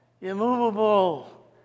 immovable